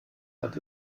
hat